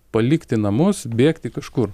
palikti namus bėgti kažkur